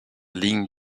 ligne